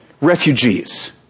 refugees